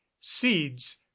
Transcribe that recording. seeds